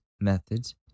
methods